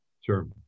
sure